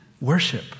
worship